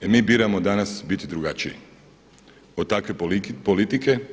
E mi biramo danas biti drugačiji od takve politike.